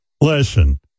listen